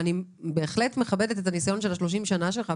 ואני בהחלט מכבדת את הניסיון של 30 שנה שלך,